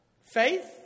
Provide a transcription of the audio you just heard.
faith